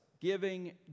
giving